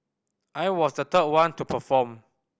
I was the third one to perform